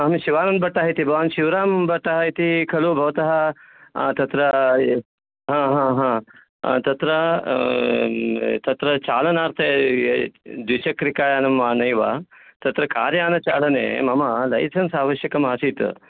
अहं शिवानन्दभट्टः इति भवान् शिवरामभट्टः इति खलु भवतः तत्र ए ह ह ह तत्र तत्र चालनार्थे ये द्विचक्रिकायानं नैव तत्र कार्यानचालने मम लैसेन्स् आवश्यकमासीत्